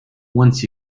once